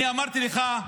אני אמרתי לך: